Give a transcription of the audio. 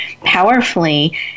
powerfully